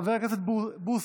חבר הכנסת בוסו,